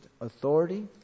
authority